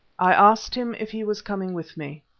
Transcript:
i asked him if he was coming with me.